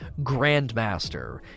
Grandmaster